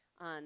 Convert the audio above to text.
on